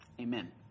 Amen